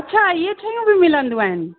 अच्छा इहे शयूं बि मिलंदियूं आहिनि